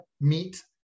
meet